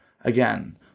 Again